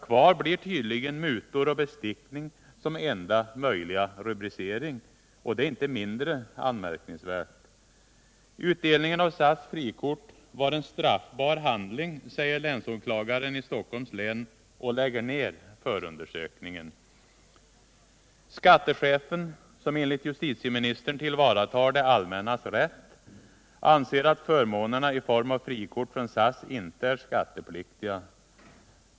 Kvar blir tydligen mutor och bestickning som enda möjliga rubricering — och det är inte mindre anmärkningsvärt. Utdelningen av SAS frikort var en straffbar handling, säger länsåklagaren i Stockholms län och lägger ned förundersökningen. Skattechefen, som enligt justitieministern tillvaratar det allmännas rätt, anser att förmånerna i form av frikort från SAS inte är skattepliktiga.